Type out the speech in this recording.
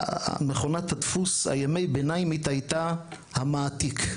מכונת הדפוס, ימי הביניים הייתה המעתיק.